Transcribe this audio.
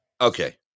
Okay